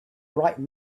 bright